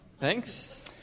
Thanks